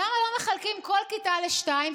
למה לא מחלקים כל כיתה לשתיים?